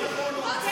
ממש